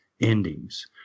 endings